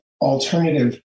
alternative